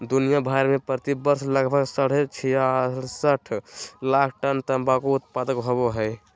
दुनिया भर में प्रति वर्ष लगभग साढ़े छियासठ लाख टन तंबाकू उत्पादन होवई हई,